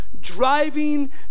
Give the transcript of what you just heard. driving